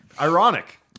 Ironic